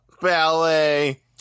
ballet